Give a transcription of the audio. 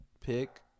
pick